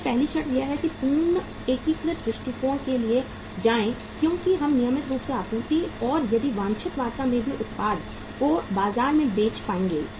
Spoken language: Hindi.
इसलिए पहली शर्त यह है कि पूर्ण एकीकृत दृष्टिकोण के लिए जाएं क्योंकि हम नियमित रूप से आपूर्ति और यदि वांछित मात्रा में भी उत्पाद को बाजार में बेच पाएंगे